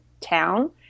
town